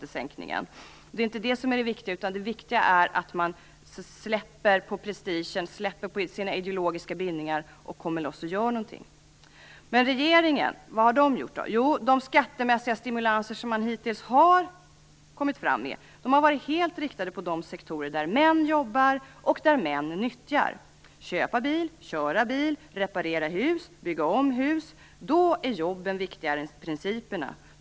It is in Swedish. Men det är inte det som är det viktiga, utan det viktiga är att man släpper på prestigen och på sina ideologiska bindningar och kommer loss och gör någonting. Men vad har regeringen gjort då? Jo, de skattemässiga stimulanser som hittills kommit fram har varit helt inriktade på de sektorer där män jobbar och där män nyttjar: Köpa bil, köra bil, reparera hus och bygga om hus. Då är jobben viktigare än principerna!